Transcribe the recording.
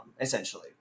essentially